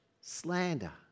slander